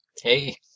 hey